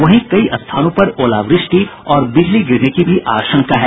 वहीं कई स्थानों पर ओलावृष्टि और बिजली गिरने की भी आशंका है